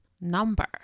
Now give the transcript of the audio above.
number